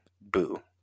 boo